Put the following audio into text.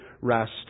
rest